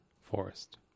forest